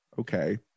Okay